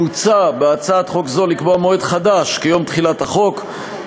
מוצע בהצעת חוק זו לקבוע מועד חדש כיום תחילת החוק,